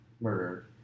murdered